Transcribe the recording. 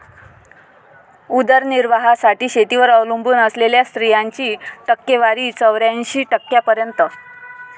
उदरनिर्वाहासाठी शेतीवर अवलंबून असलेल्या स्त्रियांची टक्केवारी चौऱ्याऐंशी टक्क्यांपर्यंत